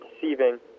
deceiving